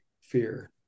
fear